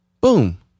boom